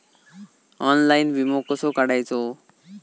Online विमो कसो काढायचो?